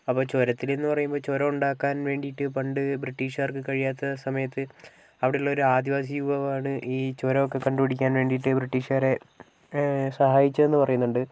അപ്പോൾ ചുരത്തിൽ എന്നു പറയുമ്പോൾ ചുരം ഉണ്ടാക്കാൻ വേണ്ടിയിട്ട് പണ്ട് ബ്രിട്ടീഷുകാർക്ക് കഴിയാത്ത സമയത്ത് അവിടെയുള്ള ഒരു ആദിവാസി യുവാവാണ് ഈ ചുരമൊക്കെ കണ്ടുപിടിക്കാൻ വേണ്ടിയിട്ട് ബ്രിട്ടീഷുകാരെ സഹായിച്ചതെന്ന് പറയുന്നുണ്ട്